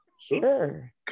Sure